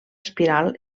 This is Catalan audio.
espiral